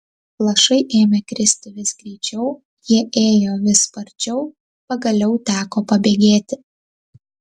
lašai ėmė kristi vis greičiau jie ėjo vis sparčiau pagaliau teko pabėgėti